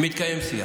מתקיים שיח.